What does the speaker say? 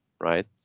right